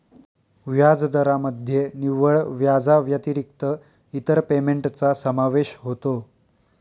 व्याजदरामध्ये निव्वळ व्याजाव्यतिरिक्त इतर पेमेंटचा समावेश होतो